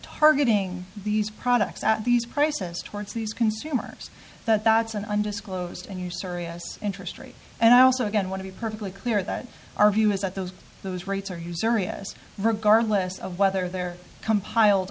targeting these products at these prices towards these consumers that's an undisclosed and usurious interest rate and i also again want to be perfectly clear that our view is that those those rates are you serious regardless of whether they're compiled